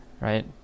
right